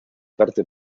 parte